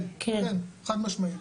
כן, חד משמעית.